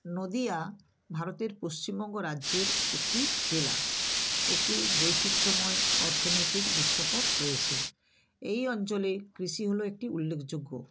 নদিয়া ভারতের পশ্চিমবঙ্গ রাজ্যের একটি জেলা একটি বৈচিত্র্যময় অর্থনৈতিক দৃশ্যপট রয়েছে এই অঞ্চলে কৃষি হলো একটি উল্লেখযোগ্য